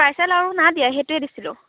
parcel আৰু নাই দিয়া সেইটোৱে দিছিলোঁ